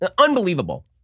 Unbelievable